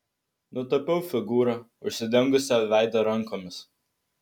nutapiau figūrą užsidengusią veidą rankomis